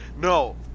No